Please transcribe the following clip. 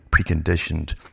preconditioned